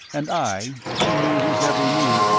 and i, who knew his every mood,